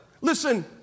Listen